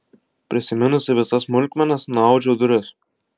prisiminusi visas smulkmenas nuaudžiau duris